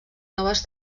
noves